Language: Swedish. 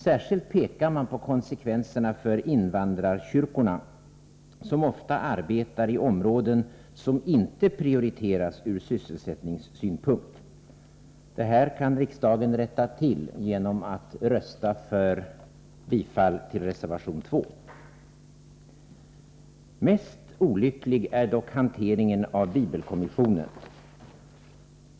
Särskilt pekar nämnden på konsekvenserna för invandrarnas trossamfund, som ofta arbetar i områden som inte prioriteras ur sysselsättningssynpunkt. Riksdagens ledamöter kan förhindra att dessa negativa konsekvenser uppkommer genom att rösta på reservation 2, som jag härmed yrkar bifall till. Mest olycklig är dock hanteringen av bibelkommissionen.